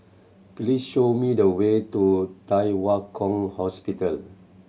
please show me the way to Thye Hua Kwan Hospital